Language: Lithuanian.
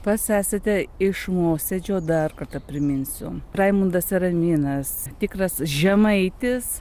pats esate iš mosėdžio dar kartą priminsiu raimundas eraminas tikras žemaitis